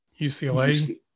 UCLA